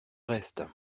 reste